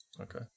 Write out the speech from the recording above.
Okay